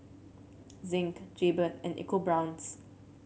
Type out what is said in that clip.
Zinc Jaybird and EcoBrown's